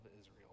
Israel